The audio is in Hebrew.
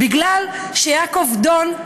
בגלל שיעקב דון,